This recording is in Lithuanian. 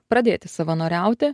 pradėti savanoriauti